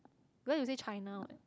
because you say China [what]